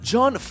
John